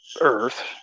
earth